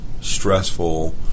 stressful